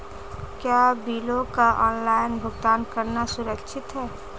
क्या बिलों का ऑनलाइन भुगतान करना सुरक्षित है?